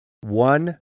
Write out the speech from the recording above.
One